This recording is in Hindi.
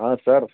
हाँ सर